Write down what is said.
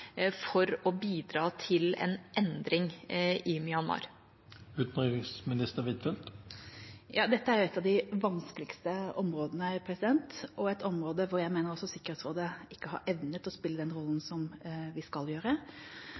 for å bidra til en endring i Myanmar? Dette er et av de vanskeligste områdene, og et område hvor jeg mener også Sikkerhetsrådet ikke har evnet å spille den rollen som vi skal gjøre.